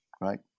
right